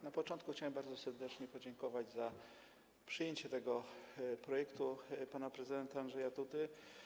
Na początku chciałem bardzo serdecznie podziękować za przyjęcie tego projektu pana prezydenta Andrzeja Dudy.